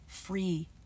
free